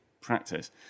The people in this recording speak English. practice